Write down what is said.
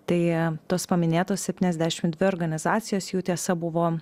tai tos paminėtos septyniasdešim dvi organizacijos jų tiesa buvo